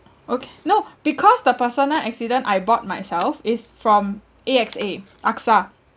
okay no because the personal accident I bought myself is from A_X_A AXA